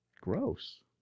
gross